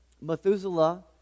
methuselah